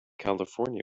california